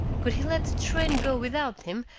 could he let the train go without him,